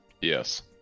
Yes